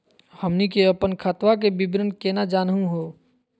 हमनी के अपन खतवा के विवरण केना जानहु हो?